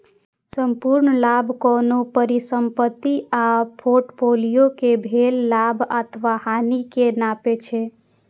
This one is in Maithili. संपूर्ण लाभ कोनो परिसंपत्ति आ फोर्टफोलियो कें भेल लाभ अथवा हानि कें नापै छै